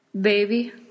Baby